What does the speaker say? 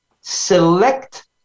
select